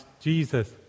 Jesus